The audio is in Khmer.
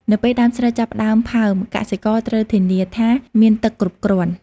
នៅពេលដើមស្រូវចាប់ផ្តើមផើម កសិករត្រូវធានាថាមានទឹកគ្រប់គ្រាន់។